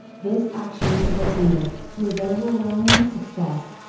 this action is attended, with overwhelming success.